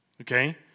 Okay